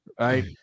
Right